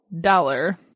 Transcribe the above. dollar